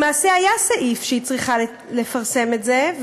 למעשה היה סעיף שהיא צריכה לפרסם את זה,